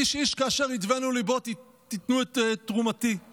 "איש אשר ידבנו ליבו תקחו את תרומתי",